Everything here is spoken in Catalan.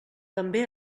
també